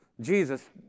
Jesus